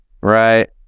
right